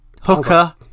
Hooker